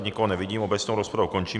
Nikoho nevidím, obecnou rozpravu končím.